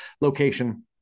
location